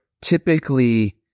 typically